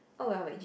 oh well my g